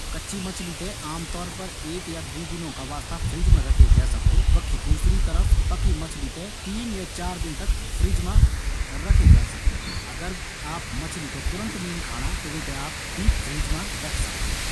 प्याज़ और लहसुन थें लम्बा समय तक सुरक्षित रखणा का वास्ता यूँ थें सुखेक रखे जै सकदु। येका साथ मा यूँका भंडारण का वास्ता अंधेरी, ठंडी और शुष्क जगह कू चयन होंयूँ चैन्दु। यूँ थें हवादार कन्टेनर मा रखयूं चैन्दु। यूँ थें ढेर मा नी रखयूँ चैन्दु। ताकी हवा कू संचार यूँ मा होंदु रौ। एक समान तापमान मा रखणा से प्याज़ और लहसुन लम्बा समय तक चल सकदिन।